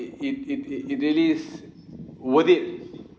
it it it it it really is worth it